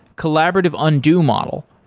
collaborative undo model,